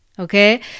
Okay